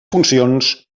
funcions